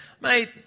Mate